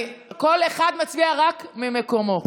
כל אחד מצביע רק ממקומו.